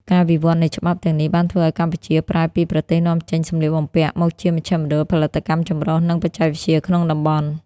ការវិវត្តនៃច្បាប់ទាំងនេះបានធ្វើឱ្យកម្ពុជាប្រែពីប្រទេសនាំចេញសម្លៀកបំពាក់ មកជាមជ្ឈមណ្ឌលផលិតកម្មចម្រុះ និងបច្ចេកវិទ្យាក្នុងតំបន់។